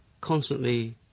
constantly